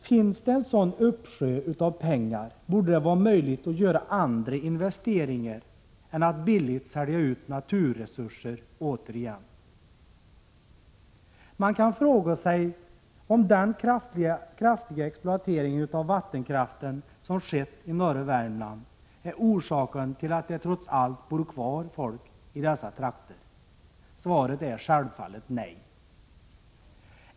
Finns det en sådan uppsjö av pengar, borde det vara möjligt att göra andra investeringar än att återigen billigt sälja ut naturresurser. Man kan fråga sig om den kraftiga exploatering av vattenkraften som skett 157 i norra Värmland är orsaken till att det trots allt bor kvar folk i dessa trakter. Svaret är självfallet nej.